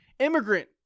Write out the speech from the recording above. Immigrant